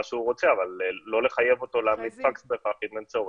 מה שהוא רוצה אבל לא לחייב אותו להעמיד פקס אם אין צורך.